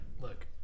Look